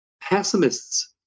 pessimists